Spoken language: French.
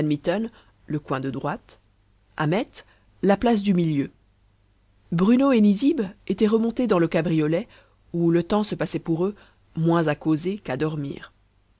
le coin de droite ahmet la place du milieu bruno et nizib étaient remontés dans le cabriolet où le temps se passait pour eux moins à causer qu'à dormir